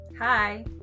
Hi